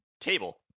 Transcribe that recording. table